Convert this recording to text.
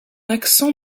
accent